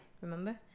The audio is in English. remember